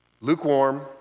lukewarm